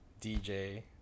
DJ